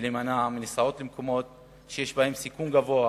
ולהימנע מנסיעות למקומות שיש בהם סיכון גבוה